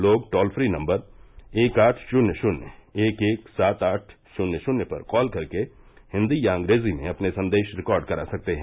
लोग toll free number एक आठ शून्य शून्य एक एक सात आठ शून्य शून्य पर कॉल करके हिन्दी या अंग्रेजी में अपने संदेश रिकॉर्ड करा सकते हैं